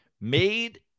made